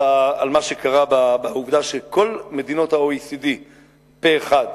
על מה שקרה בעצם העובדה שכל מדינות ה-OECD פה-אחד